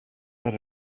that